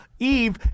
Eve